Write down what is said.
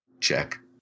check